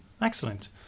Excellent